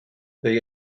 they